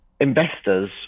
investors